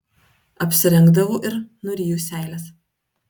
apsirengdavau ir nuryju seiles